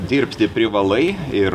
dirbti privalai ir